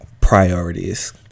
priorities